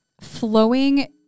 flowing